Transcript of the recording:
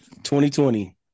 2020